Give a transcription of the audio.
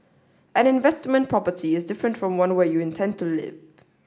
an investment property is different from one where you intend to live